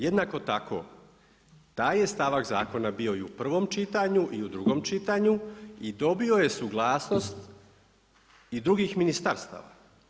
Jednako tako, taj je stavak zakon bio i u prvom čitanju i u drugom čitanju i dobio je suglasnost i drugih ministarstava.